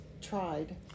tried